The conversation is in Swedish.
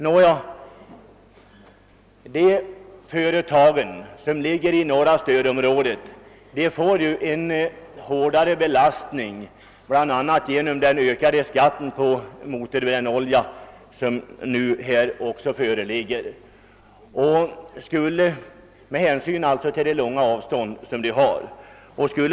Nåja, de företag som ligger i norra stödområdet får ju med hänsyn till de långa avstånden en hårdare belastning bl.a. genom den höjda skatten på motorbrännolja.